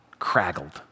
craggled